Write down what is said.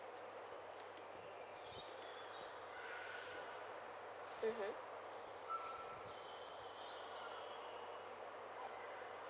mmhmm